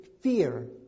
fear